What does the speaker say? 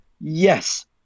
Yes